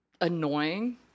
annoying